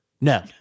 No